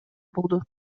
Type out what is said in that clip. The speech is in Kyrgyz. болду